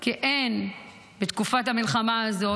כי אין בתקופת המלחמה הזאת,